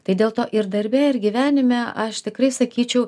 tai dėl to ir darbe ir gyvenime aš tikrai sakyčiau